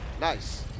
nice